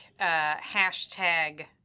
hashtag